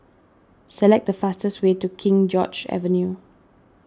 select the fastest way to King George's Avenue